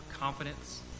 confidence